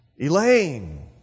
Elaine